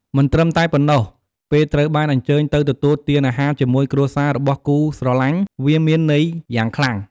មិនត្រឹមតែប៉ុណ្ណោះ ពេលត្រូវបានអញ្ជើញទៅទទួលទានអាហារជាមួយគ្រួសាររបស់គូស្រលាញ់ វាមានន័យយ៉ាងខ្លាំង។